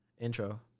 intro